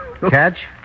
catch